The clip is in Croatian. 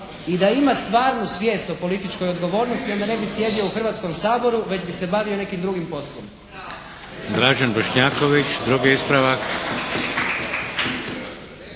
i da ima stvarnu svijest o političkoj odgovornosti onda ne bi sjedio u Hrvatskom saboru već bi se bavio nekim drugim poslom.